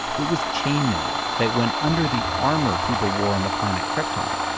it was chainmail, that went under the armor people wore on the planet krypton.